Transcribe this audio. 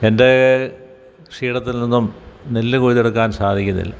എൻ്റെ കൃഷിയിടത്തിൽനിന്നും നെല്ല് കൊയ്തെടുക്കാൻ സാധിക്കുന്നില്ല